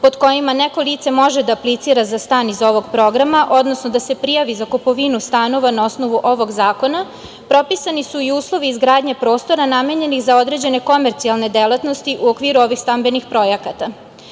pod kojima neko lice može da aplicira za stan iz ovog programa, odnosno da se prijavi za kupovinu stanova na osnovu ovog zakona, propisani su uslovi izgradnje prostora namenjenih za određene komercijalne delatnosti u okviru ovih stambenih projekata.